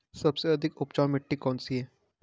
सबसे अधिक उपजाऊ मिट्टी कौन सी है?